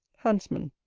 huntsman.